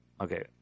Okay